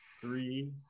three